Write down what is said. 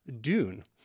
Dune